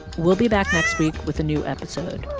we'll be back next week with a new episode.